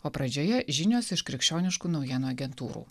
o pradžioje žinios iš krikščioniškų naujienų agentūrų